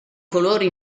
colori